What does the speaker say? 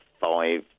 five